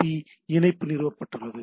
B இணைப்பு நிறுவப்பட்டுள்ளது